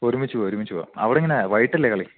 ഒരുമിച്ച് പോവാം ഒരുമിച്ച് പോവാം അവിടെങ്ങനാ വൈകിട്ടല്ലേ കളി